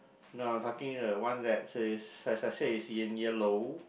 no I'm talking the one that says as I said it's in yellow